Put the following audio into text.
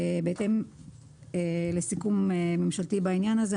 בהתאם לסיכום ממשלתי בעניין הזה,